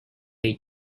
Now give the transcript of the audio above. aid